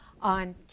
on